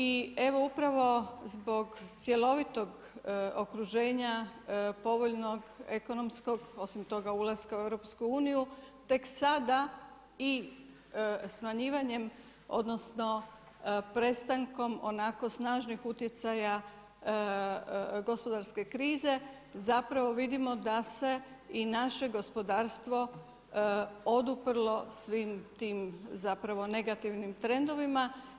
I evo upravo zbog cjelovitog okruženja povoljnog, ekonomskog osim toga ulaska u EU, tek sada i smanjivanjem odnosno prestankom onako snažnih utjecaja gospodarske krize zapravo vidimo da se i naše gospodarstvo oduprlo svim tim zapravo negativnim trendovima.